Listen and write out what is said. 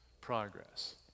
progress